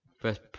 first